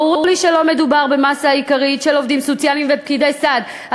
ברור לי שלא מדובר במאסה העיקרית של העובדים הסוציאליים ופקידי הסעד.